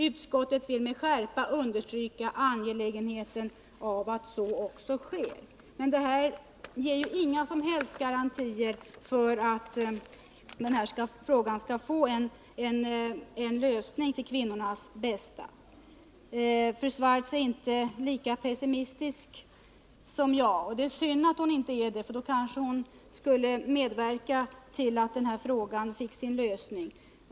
Utskottet vill med skärpa understryka angelägenheten av att så också sker.” Det här ger emellertid inga som helst garantier för att frågan får en lösning till kvinnornas bästa. Fru Swartz är inte lika pessimistisk som jag, vilket är synd. Annars skulle hon kanske kunna medverka till denna frågas lösning.